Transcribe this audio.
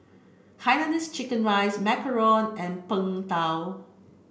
Hainanese chicken rice Macaron and Png Tao